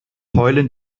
heulen